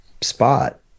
spot